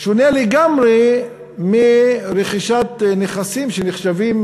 שונה לגמרי מרכישת נכסים שנחשבים